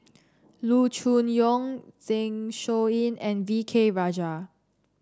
Loo Choon Yong Zeng Shouyin and V K Rajah